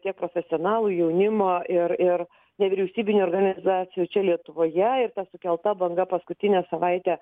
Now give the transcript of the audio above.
tiek profesionalų jaunimo ir ir nevyriausybinių organizacijų čia lietuvoje ir ta sukelta banga paskutinę savaitę